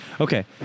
Okay